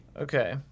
Okay